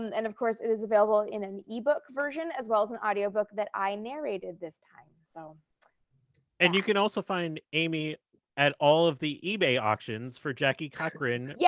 and and of course, it is available in an e-book version as well as an audio book that i narrated this time. so and you can also find amy at all of the ebay auctions for jackie cochran yeah